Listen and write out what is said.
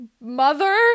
mother